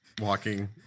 walking